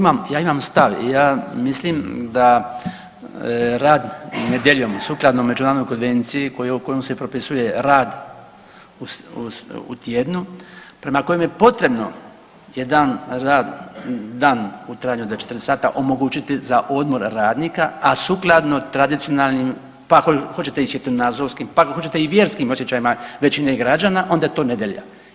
Imam, ja imam stav, ja mislim da rad nedjeljom sukladno međunarodnoj konvenciji koja u okolnosti propisuje rad u tjednu, prema kojem je potrebno jedna rad, dan u trajanju od 24 sata omogućiti za odmor radnika, a sukladno tradicionalnim pa ako hoćete i svjetonazorskim, pa ako hoćete i vjerskim osjećajima većine građana onda je to nedjelja.